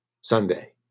Sunday